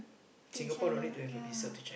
to China ya